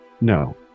No